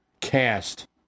cast